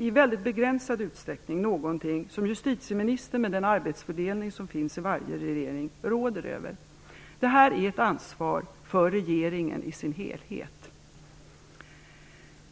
i mycket begränsad utsträckning någonting som justitieministern, med den arbetsfördelning som råder i varje regering, råder över. Det här är ett ansvar för regeringen i dess helhet.